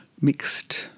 mixed